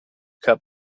cup